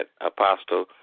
Apostle